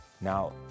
Now